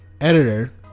editor